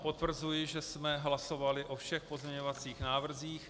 Potvrzuji, že jsme hlasovali o všech pozměňovacích návrzích.